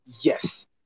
Yes